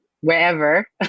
wherever